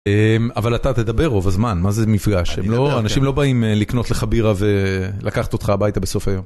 אבל אתה תדבר רוב הזמן, מה זה מפגש? אנשים לא באים לקנות לך בירה ולקחת אותך הביתה בסוף היום.